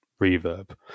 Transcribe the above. reverb